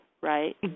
right